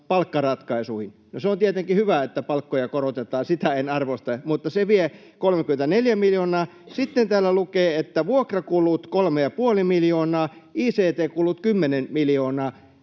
palkkaratkaisuihin. No, se on tietenkin hyvä, että palkkoja korotetaan, sitä en arvostele, mutta se vie 34 miljoonaa. Sitten täällä lukee, että vuokrakulut 3,5 miljoonaa, ict-kulut 10 miljoonaa.